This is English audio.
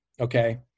Okay